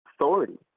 authority